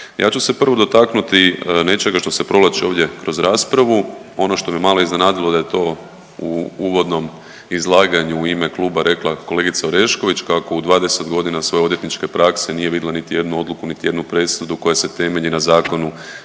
Ja ću se prvo dotaknuti nečega što se provlači ovdje kroz raspravu. Ono što me malo iznenadilo da je to u uvodnom izlaganju u ime kluba rekla kolegica Orešković kako u 20 godina svoje odvjetničke prakse nije vidjela niti jednu odluku, niti jednu presudu koja se temelji na zakonu